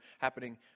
happening